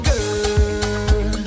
Girl